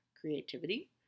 creativity